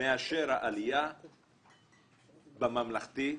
מאשר העלייה בממלכתי הרגיל.